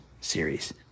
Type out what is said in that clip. series